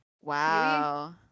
Wow